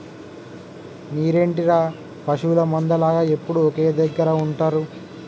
మీరేంటిర పశువుల మంద లాగ ఎప్పుడు ఒకే దెగ్గర ఉంటరు